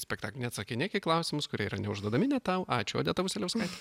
spektaklį neatsakinėk į klausimus kurie yra neužduodami ne tau ačiū odeta vasiliauskaite